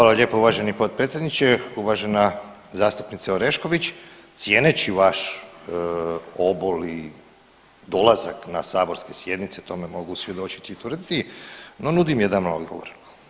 Hvala lijepo uvaženi potpredsjedniče, uvažena zastupnice Orešković, cijeneći vaš obol i dolazak na saborske sjednice, tome mogu svjedočiti i tvrditi, no nudim jedan odgovor.